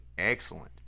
excellent